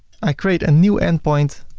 i create a new endpoint